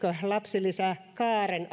lapsilisäkaaren